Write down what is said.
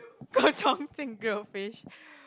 go Chongqing grilled fish